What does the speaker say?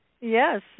yes